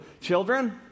Children